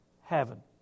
Heaven